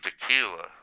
tequila